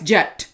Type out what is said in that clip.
Jet